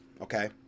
okay